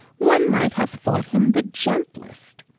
one might have thought him the gentlest.